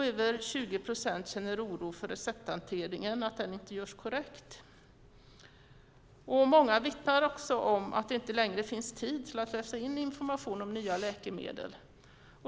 Över 20 procent känner oro för att recepthanteringen inte görs på ett korrekt sätt. Många vittnar också om att det inte längre finns tid till att läsa in information om nya läkemedel.